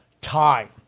time